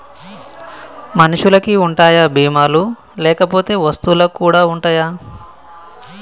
మనుషులకి ఉంటాయా బీమా లు లేకపోతే వస్తువులకు కూడా ఉంటయా?